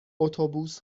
اتوبوس